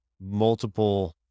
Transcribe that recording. multiple